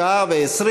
שעה ו-20